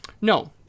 No